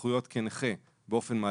כמובן.